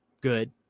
Good